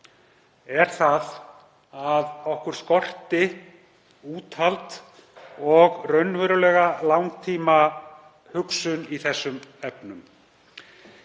er að okkur skorti úthald og raunverulega langtímahugsun í þessum efnum.